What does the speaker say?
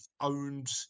owned